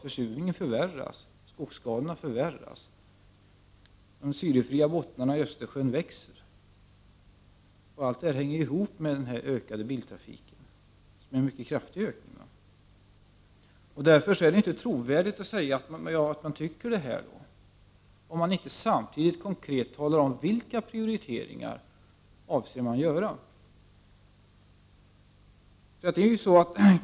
Försurning och skogsskador förvärras, de syrefria bottnarna i Östersjön växer i omfattning. Allt detta hänger ihop med ökningen av biltrafiken, vilken är mycket kraftig. Därför är det inte trovärdigt att säga att man tycker att allt detta är ett problem om man inte samtidigt konkret talar om vilka prioriteringar man avser göra.